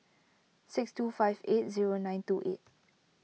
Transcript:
six two five eight zero nine two eight